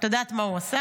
את יודעת מה הוא עשה,